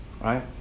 Right